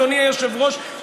אדוני היושב-ראש,